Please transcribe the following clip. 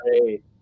great